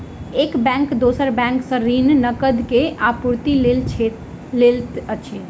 एक बैंक दोसर बैंक सॅ ऋण, नकद के आपूर्तिक लेल लैत अछि